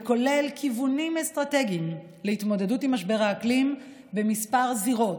שכולל כיוונים אסטרטגיים להתמודדות עם משבר האקלים בכמה זירות,